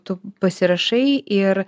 tu pasirašai ir